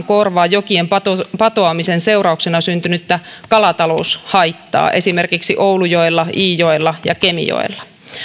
korvaa jokien patoamisen patoamisen seurauksena syntynyttä kalataloushaittaa esimerkiksi oulujoella iijoella ja kemijoella